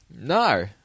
No